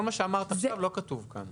כל מה שאמרת עכשיו, לא כתוב כאן.